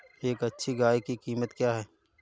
एक अच्छी गाय की कीमत क्या है?